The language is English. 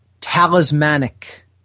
talismanic